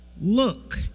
look